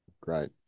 Great